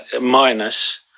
minus